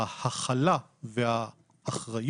נמצאת ההכלה והאחריות